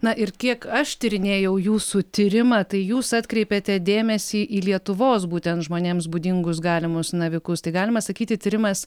na ir kiek aš tyrinėjau jūsų tyrimą tai jūs atkreipėte dėmesį į lietuvos būtent žmonėms būdingus galimus navikus tai galima sakyti tyrimas